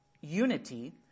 unity